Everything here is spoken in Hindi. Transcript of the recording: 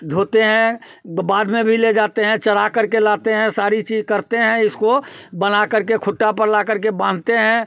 धोते हैं बाग में भी ले जाते हैं चरा करके लाते हैं सारी चीज करते हैं इसको बना करके खुट्टा पर ला करके बांधते हैं